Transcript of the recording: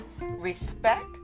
respect